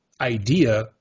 idea